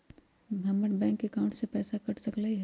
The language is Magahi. हमर बैंक अकाउंट से पैसा कट सकलइ ह?